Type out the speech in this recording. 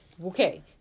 Okay